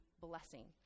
Blessing